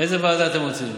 איזו ועדה אתם רוצים?